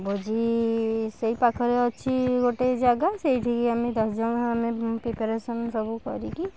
ଭୋଜି ସେଇ ପାଖରେ ଅଛି ଗୋଟେ ଜାଗା ସେଇଠିକି ଆମେ ଦଶଜଣ ଆମେ ପ୍ରିପେରେସନ୍ ସବୁ କରିକି